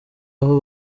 aho